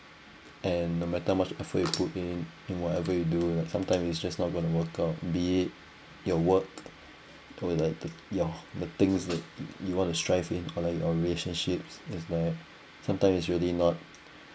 and no matter how much effort you put in in whatever you do sometimes it's just not going to work out be it your work or be like the your the things that you want to strive in or like your relationships is like sometimes it's really not